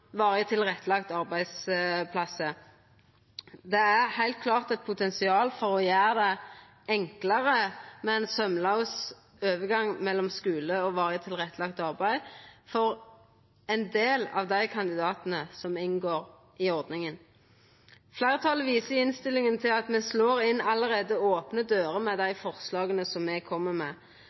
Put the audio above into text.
varig tilrettelagde arbeidsplassar. Det er heilt klart eit potensial for å gjera det enklare, med ein saumlaus overgang mellom skule og varig tilrettelagt arbeid for ein del av kandidatane som inngår i ordninga. Fleirtalet viser i innstillinga til at me slår inn allereie opne dører med dei forslaga me kjem med.